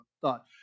thought